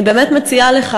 אני באמת מציעה לך,